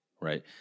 right